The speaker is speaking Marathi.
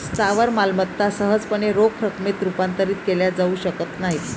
स्थावर मालमत्ता सहजपणे रोख रकमेत रूपांतरित केल्या जाऊ शकत नाहीत